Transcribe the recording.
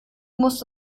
musst